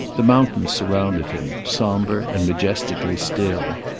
the mountains surrounded him, somber and majestically still.